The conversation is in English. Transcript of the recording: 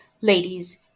Ladies